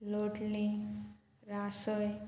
लोटली रासय